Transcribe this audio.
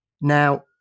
Now